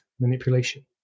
manipulation